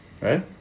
Right